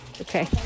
Okay